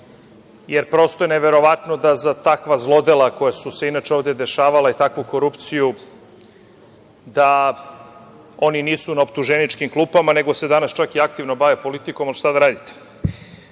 Prosto je neverovatno da za takva zlodela koja su se inače ovde dešavala i takvu korupciju oni nisu na optuženičkim klupama, nego se danas i aktivno bave politikom. ali, šta da radite.